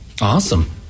Awesome